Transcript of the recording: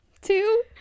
Two